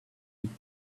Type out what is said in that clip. would